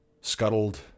scuttled